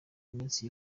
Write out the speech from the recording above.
iminsi